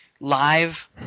live